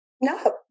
No